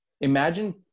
imagine